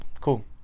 Cool